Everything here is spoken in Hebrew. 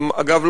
אגב,